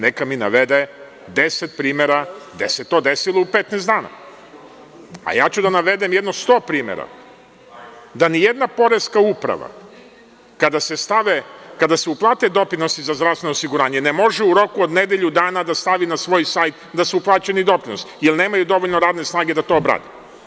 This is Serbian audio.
Neka mi navede deset primera gde se to desilo u 15 dana, a ja ću da navedem jedno 100 primera da nijedna poreska uprava, kada su uplate doprinosi za zdravstveno osiguranje, ne može u roku od nedelju dana da stavi na svoj sajt da su uplaćeni doprinosi, jer nemaju dovoljno radne snage da to obrade.